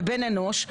לבן אנוש,